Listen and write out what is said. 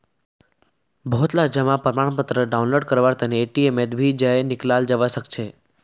बहुतला जमा प्रमाणपत्र डाउनलोड करवार तने एटीएमत भी जयं निकलाल जवा सकछे